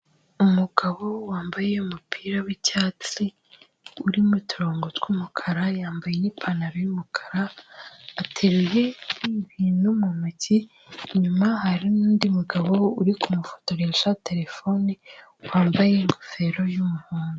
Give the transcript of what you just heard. Umugabo wambaye umupira w'icyatsi urimo uturongo tw'umukara yambaye n'ipantaro y'umukara, ateruye ibintu mu ntoki, inyuma hari undi mugabo uri kumufotoresha telefone wambaye ingofero y'umuhondo.